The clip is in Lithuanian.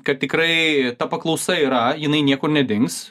kad tikrai ta paklausa yra jinai niekur nedings